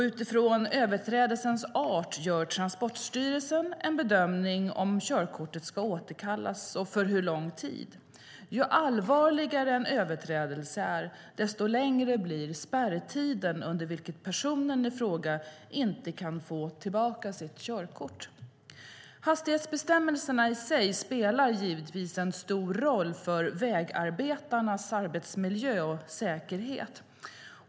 Utifrån överträdelsens art gör Transportstyrelsen en bedömning av om körkortet ska återkallas och för hur lång tid. Ju allvarligare en överträdelse är, desto längre blir spärrtiden under vilken personen i fråga inte kan få tillbaka sitt körkort. Hastighetsbestämmelserna i sig spelar givetvis en stor roll för vägarbetarnas arbetsmiljö och säkerhet.